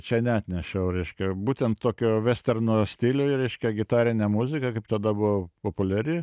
čia neatnešiau reiškia būtent tokio vesterno stiliuj reiškia gitarinė muzika kaip tada buvo populiari